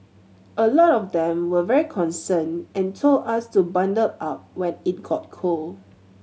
a lot of them were very concerned and told us to bundle up when it got cold